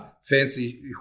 fancy